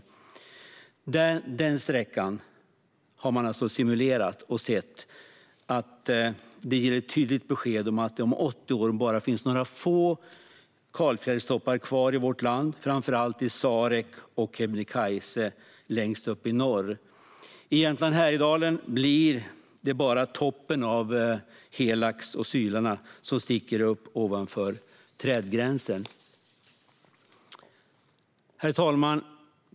Simuleringen ger tydligt besked om att det om 80 år bara finns några få kalfjällstoppar kvar i vårt land, framför allt i Sarek och Kebnekaise längst upp i norr. I Jämtland och Härjedalen blir det bara toppen av Helags och Sylarna som sticker upp ovan trädgränsen. Herr talman!